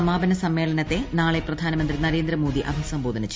സമാപന സമ്മേളനത്തെ നാളെ പ്രധാനമന്ത്രി നരേന്ദ്രമോദി അഭിസംബോധന ചെയ്യും